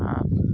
ᱟᱨ